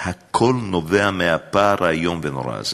הכול נובע מהפער האיום ונורא הזה.